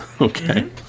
Okay